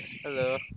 Hello